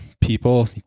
people